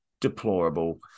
deplorable